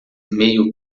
meio